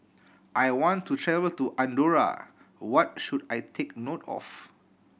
I want to travel to Andorra what should I take note of